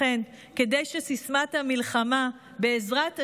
ולכן, כדי שסיסמת המלחמה "בעזרת השם,